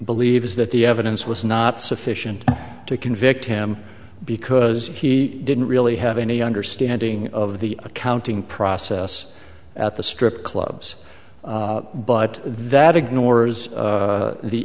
believes that the evidence was not sufficient to convict him because he didn't really have any understanding of the accounting process at the strip clubs but that ignores